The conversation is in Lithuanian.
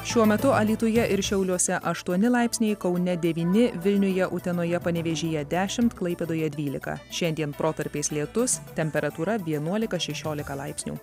šiuo metu alytuje ir šiauliuose aštuoni laipsniai kaune devyni vilniuje utenoje panevėžyje dešimt klaipėdoje dvylika šiandien protarpiais lietus temperatūra vienuolika šešiolika laipsnių